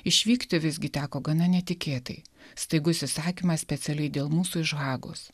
išvykti visgi teko gana netikėtai staigus įsakymas specialiai dėl mūsų iš hagos